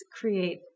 create